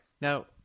Now